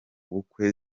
bukwe